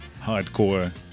hardcore